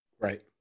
Right